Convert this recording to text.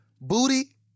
Booty